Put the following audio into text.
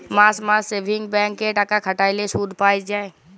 মাস মাস savings bank এ টাকা খাটাল্যে শুধ পাই যায়